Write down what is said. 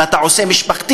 אם אתה עושה את זה משפחתי,